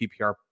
PPR